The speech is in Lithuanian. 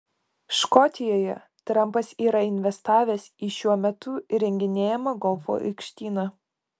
škotijoje trampas yra investavęs į šiuo metu įrenginėjamą golfo aikštyną